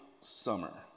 summer